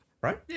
Right